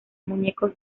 muñecos